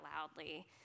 loudly